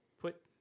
put